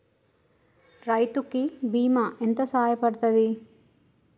రైతు కి బీమా ఎంత సాయపడ్తది?